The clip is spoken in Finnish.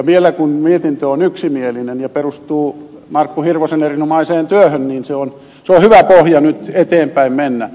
vielä kun mietintö on yksimielinen ja perustuu markku hirvosen erinomaiseen työhön se on hyvä pohja nyt eteenpäin mennä